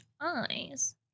eyes